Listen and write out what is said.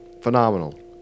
phenomenal